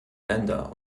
länder